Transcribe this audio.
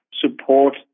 support